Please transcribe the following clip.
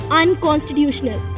unconstitutional